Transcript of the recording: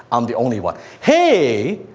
i'm the only one. hey,